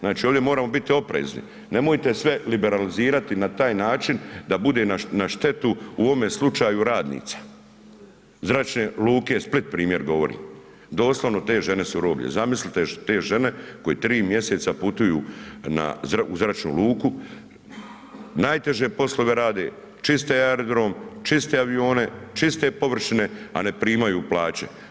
Znači ovdje moramo biti oprezni, nemojte sve liberalizirati na taj način da bude na štetu, u ovome slučaju radnica Zračne luke Split primjer govorim, doslovno te žene su roblje, zamislite te žene koje 3 mjeseca putuju u zračnu luku, najteže poslove rade čiste aerodrom, čiste avione, čiste površine, a ne primaju plaće.